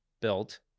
built